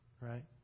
right